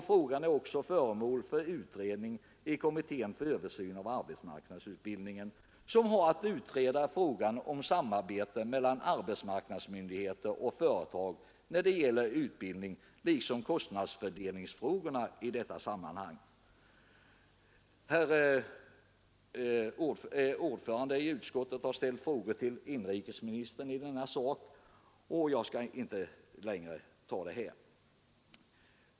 Saken är också föremål för utredning i kommittén för översyn av arbetsmarknadsutbildningen, som har att utreda frågan om samarbete mellan arbetsmarknadsmyndigheter och företag när det gäller utbildning, liksom kostnadsfördelningsfrågorna i detta sammanhang. Utskottets ordförande har ställt en fråga till inrikesministern om detta spörsmål, och jag skall inte längre uppehålla mig vid det.